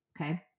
Okay